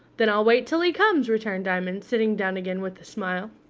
then i'll wait till he comes, returned diamond, sitting down again with a smile.